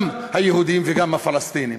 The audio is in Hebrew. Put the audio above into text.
גם היהודים וגם הפלסטינים.